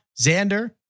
Xander